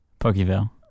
Pokeville